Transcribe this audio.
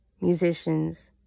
musicians